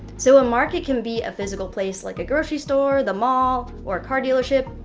so a market can be a physical place like a grocery store, the mall, or a car dealership,